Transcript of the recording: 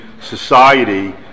society